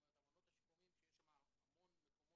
זאת אומרת, המעונות השיקומיים שיש שם המון מקומות